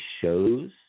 shows